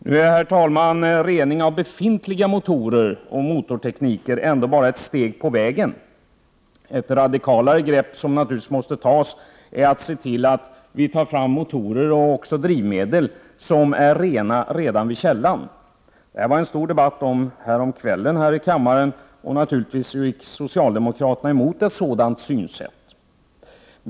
Nu är, herr talman, rening av befintliga motorer och motortekniker ändå bara ett steg på vägen. Ett av de radikala grepp som naturligtvis måste tas är att se till att vi tar fram motorer och drivmedel som är rena redan vid källan. Det var en stor debatt om detta häromdagen här i riksdagen. Naturligtvis gick socialdemokraterna emot detta.